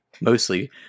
mostly